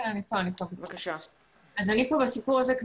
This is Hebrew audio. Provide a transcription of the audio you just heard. ופה אני רוצה לגעת בסוגיה נוספת.